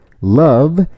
love